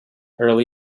early